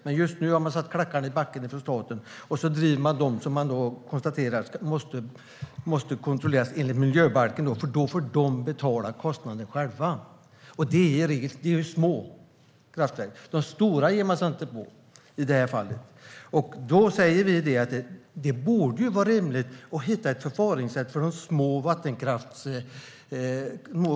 Men nu sätter staten klackarna i backen och kontrollerar dem som måste kontrolleras enligt miljöbalken, eftersom de får betala kostnaden själva. Då är det i regel små kraftverk det är fråga om. De stora ger man sig inte på i det här fallet. Vi anser att det borde vara rimligt att hitta ett annat förfaringssätt för de små vattenkraftverken.